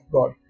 God